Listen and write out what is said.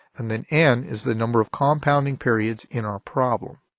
and then n is the number of compounding periods in our problem.